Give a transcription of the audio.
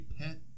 pet